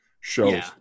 shows